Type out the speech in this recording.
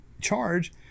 charge